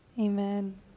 Amen